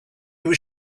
was